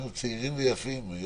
כשהיינו צעירים ויפים.